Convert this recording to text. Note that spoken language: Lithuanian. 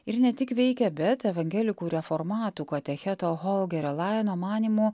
ir ne tik veikia bet evangelikų reformatų katecheto holgerio lajeno manymu